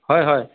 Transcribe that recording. হয় হয়